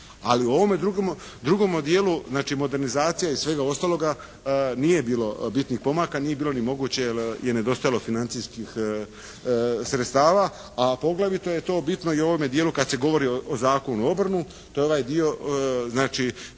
Ali u ovome drugome dijelu znači modernizacija i svega ostaloga nije bilo bitnih pomaka, nije bilo ni moguće je nedostajalo financijskih sredstava, a poglavito je to bitno i u ovome dijelu kad se govori o Zakonu o …/Govornik